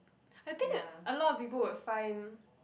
I think a lot of people would find